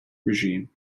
regime